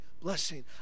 blessing